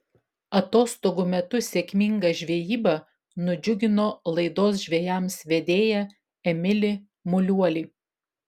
atostogų metu sėkminga žvejyba nudžiugino laidos žvejams vedėją emilį muliuolį